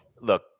look